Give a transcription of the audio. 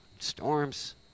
storms